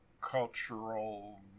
cultural